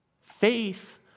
Faith